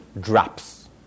drops